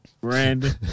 Brandon